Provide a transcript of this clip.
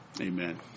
amen